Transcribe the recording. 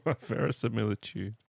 verisimilitude